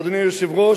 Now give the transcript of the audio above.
אדוני היושב-ראש,